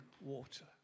water